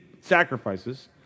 sacrifices